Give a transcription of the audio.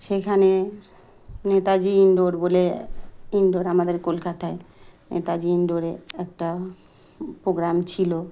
সেখানে নেতাজি ইন্ডোর বলে ইন্ডোর আমাদের কলকাতায় নেতাজি ইন্ডোরে একটা প্রোগ্রাম ছিলো